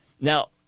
Now